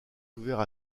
ouvert